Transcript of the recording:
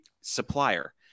supplier